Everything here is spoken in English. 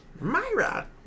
Myra